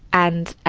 and ah